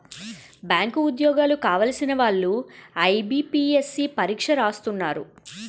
bank ఉద్యోగాలు కావలసిన వాళ్లు ఐబీపీఎస్సీ పరీక్ష రాస్తున్నారు